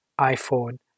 iPhone